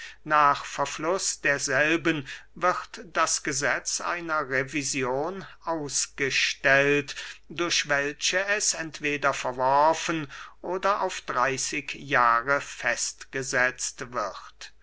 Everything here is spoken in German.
nach verfluß derselben wird das gesetz einer revision ausgestellt durch welche es entweder verworfen oder auf dreyßig jahre festgesetzt wird